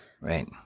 right